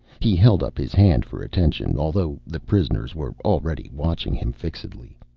he held up his hand for attention, although the prisoners were already watching him fixedly.